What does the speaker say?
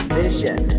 vision